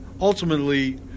Ultimately